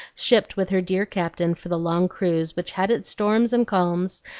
shipped with her dear captain for the long cruise which had its storms and calms,